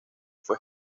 fue